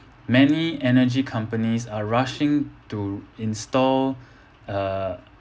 many energy companies are rushing to install uh